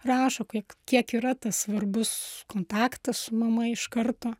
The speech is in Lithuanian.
rašo kiek kiek yra tas svarbus kontaktas su mama iš karto